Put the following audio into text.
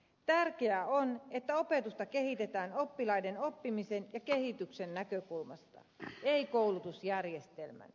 tärkeää on että opetusta kehitetään oppilaiden oppimisen ja kehityksen näkökulmasta ei koulutusjärjestelmän